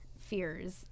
fears